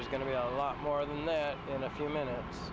face going to be a lot more than that in a few minutes